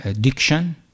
diction